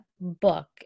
book